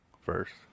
first